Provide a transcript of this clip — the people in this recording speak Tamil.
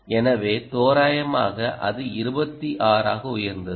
எனவே தோராயமாக அது 26 ஆக உயர்ந்தது